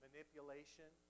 Manipulation